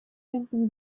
simply